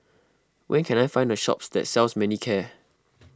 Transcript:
where can I find a shop that sells Manicare